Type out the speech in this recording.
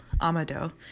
Amado